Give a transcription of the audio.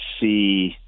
see